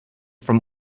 from